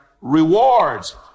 rewards